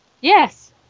Yes